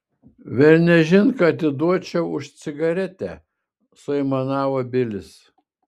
velniaižin ką atiduočiau už cigaretę suaimanavo bilis